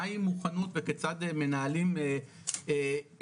מהי מוכנות וכיצד מנהלים אירוע.